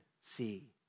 see